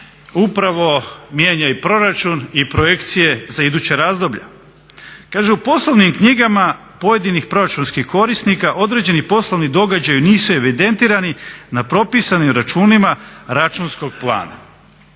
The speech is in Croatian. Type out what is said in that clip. upravo mijenja i proračun i projekcije za iduća razdoblja. Kaže u poslovnim knjigama pojedinih proračunskih korisnika određeni poslovni događaji nisu evidentirani na propisanim računima računskog plana.